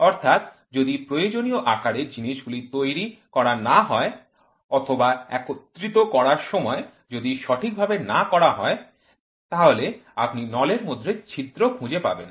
অর্থাৎ যদি প্রয়োজনীয় আকারে জিনিসগুলি তৈরি করা না হয় অথবা একত্রিত করার সময় যদি সঠিকভাবে না করা হয়ে থাকে তাহলে আপনি নলের মধ্যে ছিদ্র খুঁজে পাবেন